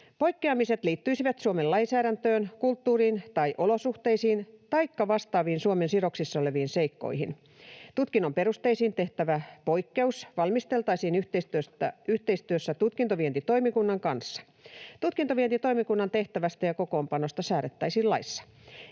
Poikkeamiset liittyisivät Suomen lainsäädäntöön, kulttuuriin tai olosuhteisiin taikka vastaaviin Suomeen sidoksissa oleviin seikkoihin. Tutkinnon perusteisiin tehtävä poikkeus valmisteltaisiin yhteistyössä tutkintovientitoimikunnan kanssa. Tutkintovientitoimikunnan tehtävästä ja kokoonpanosta säädettäisiin laissa.